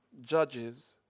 judges